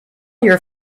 your